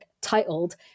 titled